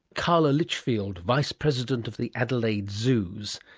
carla litchfield, vice-president of the adelaide zoos,